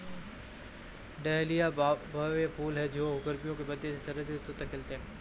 dahlia भव्य फूल हैं जो गर्मियों के मध्य से शरद ऋतु तक खिलते हैं